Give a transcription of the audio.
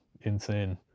insane